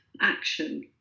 action